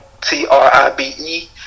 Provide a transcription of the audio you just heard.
T-R-I-B-E